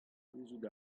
gouzout